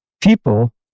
people